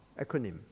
acronym